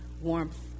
warmth